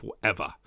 forever